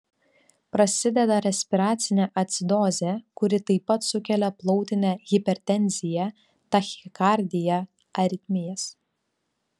prasideda respiracinė acidozė kuri taip pat sukelia plautinę hipertenziją tachikardiją aritmijas